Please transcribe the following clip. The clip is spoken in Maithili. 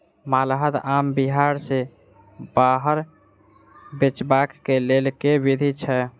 माल्दह आम बिहार सऽ बाहर बेचबाक केँ लेल केँ विधि छैय?